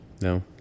No